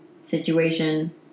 situation